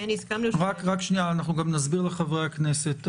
אנחנו גם נסביר לחברי הכנסת.